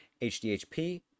HDHP